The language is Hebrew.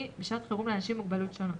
בשעת חירום לאנשים עם מוגבלויות שונות,